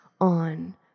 on